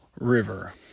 River